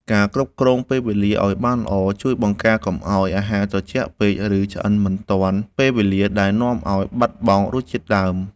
ការគ្រប់គ្រងពេលវេលាឱ្យបានល្អ ជួយបង្ការកុំឱ្យអាហារត្រជាក់ពេក ឬឆ្អិនមិនទាន់ពេលវេលាដែលនាំឱ្យបាត់បង់រសជាតិដើម។